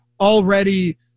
already